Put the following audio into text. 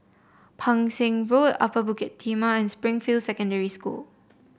Pang Seng Road Upper Bukit Timah and Springfield Secondary School